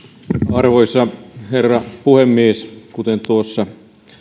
arvoisa herra puhemies kuten tuossa